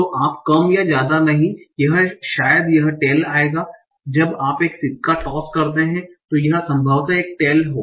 तो आप कम या ज्यादा नहीं यह शायद यह टेल आएगा जब आप एक सिक्का टॉस करते हैं तो यह संभवतः एक टेल हो